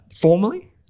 Formally